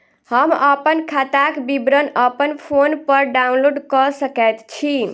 हम अप्पन खाताक विवरण अप्पन फोन पर डाउनलोड कऽ सकैत छी?